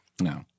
No